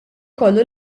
kollu